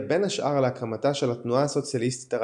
בין השאר להקמתה של "התנועה הסוציאליסטית הרדיקאלית"